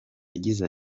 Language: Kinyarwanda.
yagize